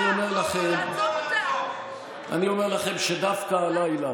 אני אומר לכם שדווקא הלילה,